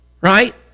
right